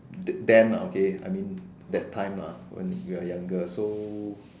then then uh okay I mean that time lah when we are younger so